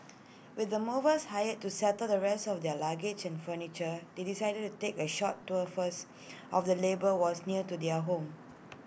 with the movers hired to settle the rest of their luggage and furniture they decided to take A short tour first of the labour was near to their new home